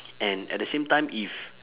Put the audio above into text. and at the same time if